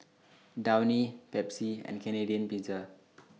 Downy Pepsi and Canadian Pizza